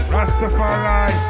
Rastafari